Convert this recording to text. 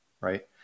right